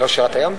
לא שירת הים?